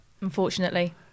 Unfortunately